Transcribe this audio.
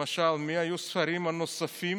למשל, מי היו השרים הנוספים